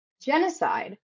genocide